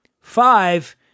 Five